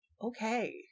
okay